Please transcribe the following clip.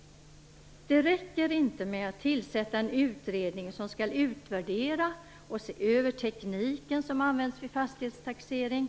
Det räcker inte att tillsätta en utredning som skall utvärdera och se över tekniken som används vid fastighetstaxering.